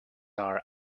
are